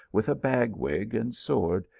with a bag wig and sword,